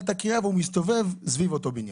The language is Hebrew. את הקריאה והוא מסתובב סביב אותו בניין?